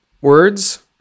words